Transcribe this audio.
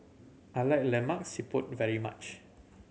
I like Lemak Siput very much